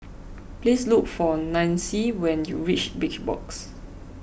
please look for Nancie when you reach Big Box